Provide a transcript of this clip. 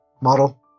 model